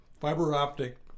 fiber-optic